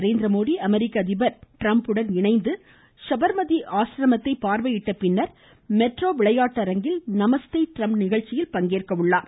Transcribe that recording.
நரேந்திரமோடி அமெரிக்க அதிபர் டிரம்ப் உடன் இணைந்து சபர்மதி ஆசிரமத்தை பார்வையிட்டபின் மொட்டேரா விளையாட்டரங்கில் நமஸ்தே டிரம்ப் நிகழ்ச்சியில் பங்கேற்க உள்ளார்